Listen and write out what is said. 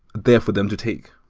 there for them to take?